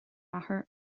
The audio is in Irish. láthair